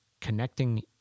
connecting